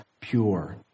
pure